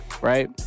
right